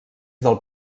del